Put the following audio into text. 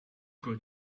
got